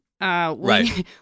Right